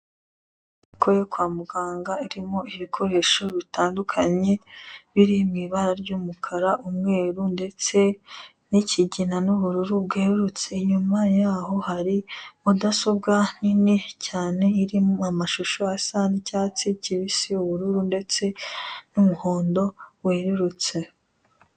Inyubako yo kwa muganga irimo ibikoresho bitandukanye biri mu ibara ry'umukara, umweru ndetse n'ikigina n'ubururu bwererutse. lnyuma yaho hari mudasobwa nini cyane irimo amashusho asa n'icyatsi kibisi, ubururu ndetse n'umuhondo wererutse.